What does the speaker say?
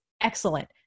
excellent